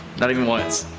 not even once?